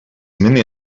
many